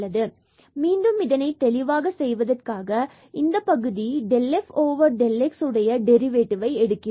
எனவே மீண்டும் இதை தெளிவாக செய்வதற்காக இந்த பகுதியானது del f del x உடைய டெரிவேட்டிவ் ஐ எடுக்கிறோம்